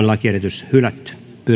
lakiehdotus hylätään